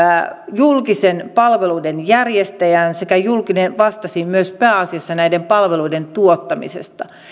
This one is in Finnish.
julkiseen palveluiden järjestäjään ja julkinen vastasi pääasiassa myös näiden palveluiden tuottamisesta